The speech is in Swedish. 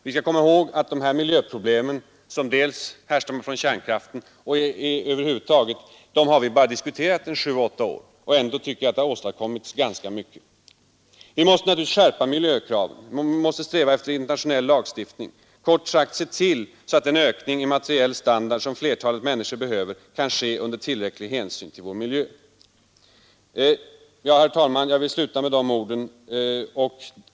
Vi skall komma ihåg att de här miljöproblemen, som hänger samman med kärnkraften, har vi bara diskuterat sju åtta år, och ändå har det åstadkommits ganska mycket. Men vi måste naturligtvis ytterligare skärpa miljökraven. Vi måste sträva efter internationell lagstiftning. Kort sagt: Vi måste se till att den ökning av den materiella standarden som flertalet människor behöver kan ske under hänsyn till vår miljö. Jag vill sluta med de orden.